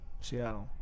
Seattle